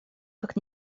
как